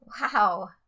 wow